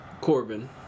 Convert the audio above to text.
Corbin